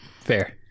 Fair